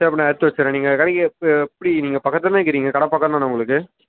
சரி அப்போ நான் எடுத்து வச்சுட்றேன் நீங்கள் கடைக்கு ப எப்படி நீங்கள் பக்கத்தில் தானே இக்குறீங்க கடை பக்கம்தானே உங்களுக்கு